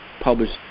published